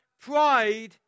pride